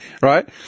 right